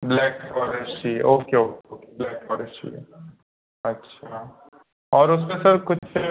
black forest चाहिए okay okay black forest चाहिए अच्छा और उसमें सर कुछ